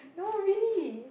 no really